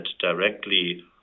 directly